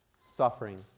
suffering